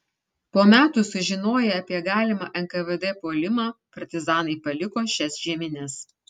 po metų sužinoję apie galimą nkvd puolimą partizanai paliko šias žiemines